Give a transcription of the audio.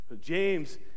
james